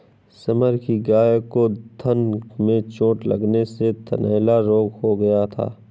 summer की गाय को थन में चोट लगने से थनैला रोग हो गया था